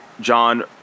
John